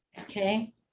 okay